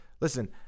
Listen